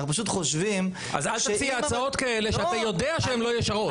אנחנו פשוט חושבים --- אז אל תציע הצעות כאלה שאתה יודע שהן לא ישרות.